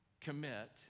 commit